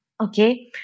okay